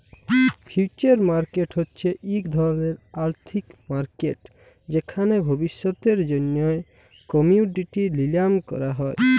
future market হছে ইক ধরলের আথ্থিক মার্কেট যেখালে ভবিষ্যতের জ্যনহে কমডিটি লিলাম ক্যরা হ্যয়